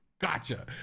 gotcha